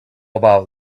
about